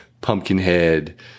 Pumpkinhead